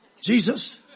Jesus